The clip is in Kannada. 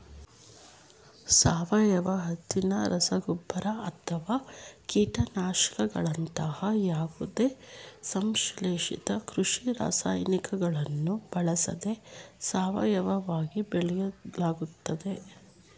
ಸಾವಯವ ಹತ್ತಿನ ರಸಗೊಬ್ಬರ ಅಥವಾ ಕೀಟನಾಶಕಗಳಂತಹ ಯಾವುದೇ ಸಂಶ್ಲೇಷಿತ ಕೃಷಿ ರಾಸಾಯನಿಕಗಳನ್ನು ಬಳಸದೆ ಸಾವಯವವಾಗಿ ಬೆಳೆಸಲಾಗ್ತದೆ